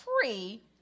free